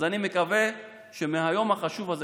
אז אני מקווה שמהיום החשוב הזה,